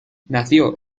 nació